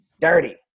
dirty